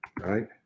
right